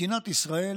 מדינת ישראל